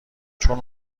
چون